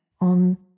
on